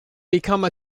become